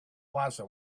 plaza